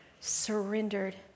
surrendered